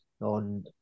on